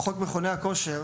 חוק מכוני הכושר